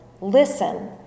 Listen